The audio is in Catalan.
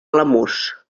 alamús